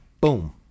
boom